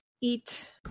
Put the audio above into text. eat